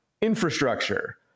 Infrastructure